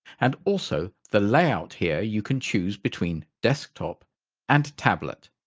and also the layout here you can choose between desktop and tablet